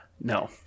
No